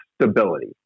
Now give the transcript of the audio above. stability